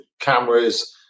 cameras